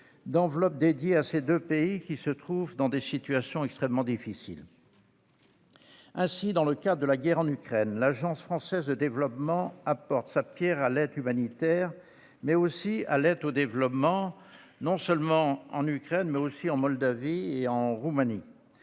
d'enveloppes dédiées à ces deux pays qui se trouvent dans des situations extrêmement difficiles. Dans le cadre de la guerre en Ukraine, l'Agence française de développement apporte sa pierre à l'aide humanitaire, mais aussi à l'aide au développement, non seulement en Ukraine, mais encore en Moldavie et en Roumanie.